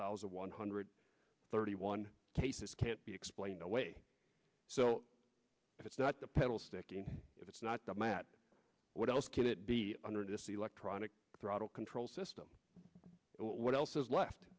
thousand one hundred thirty one cases can't be explained away so it's not the pedal sticking it's not the mat what else can it be under this electronic throttle control system what else is left